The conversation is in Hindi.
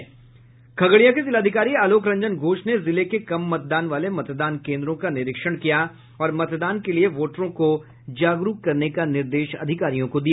खगड़िया के जिलाधिकारी आलोक रंजन घोष ने जिले के कम मतदान वाले मतदान कोन्द्रों का निरीक्षण किया और मतदान के लिए वोटरों को जागरूक करने का निर्देश अधिकारियों को दिया